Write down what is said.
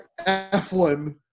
Eflin